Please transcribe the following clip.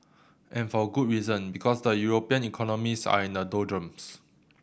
and for good reason because the European economies are in the doldrums